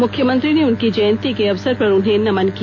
मुख्यमंत्री ने उनकी जयंती के अवसर पर उन्हें नमन किया